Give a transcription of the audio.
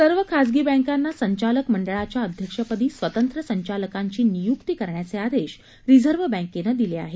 सर्व खासगी बँकांना संचालक मंडळाच्या अध्यक्षपदी स्वतंत्र संचालकांची नियुक्ती करण्याचे आदेश रिझर्व बँकेने दिले आहेत